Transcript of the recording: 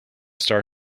star